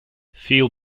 feel